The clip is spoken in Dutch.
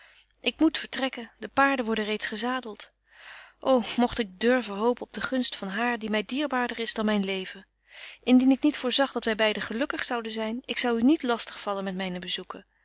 ik moet vertrekken de paarden worden reeds gezadelt ô mogt ik durven hopen op de gunst van haar die my dierbaarder is dan myn leven indien ik niet voorzag dat wy beide gelukkig zouden zyn ik zou u niet lastig vallen met myne bezoeken